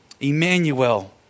Emmanuel